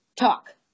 Talk